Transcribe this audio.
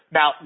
Now